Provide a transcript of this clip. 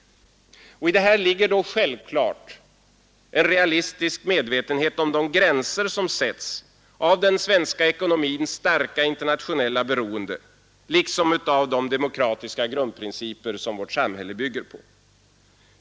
I detta ligger då självklart en realistisk medvetenhet om de gränser som sätts av den svenska ekonomins starka internationella beroende liksom av de demokratiska grundprinciper som vårt samhälle bygger på.